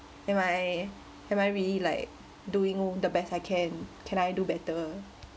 am I am I really like doing the best I can can I do better